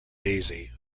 daisy